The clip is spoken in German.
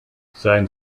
sein